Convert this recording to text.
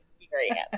experience